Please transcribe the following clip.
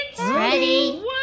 Ready